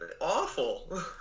Awful